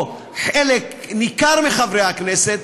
או חלק ניכר מחברי הכנסת,